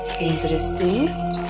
Interesting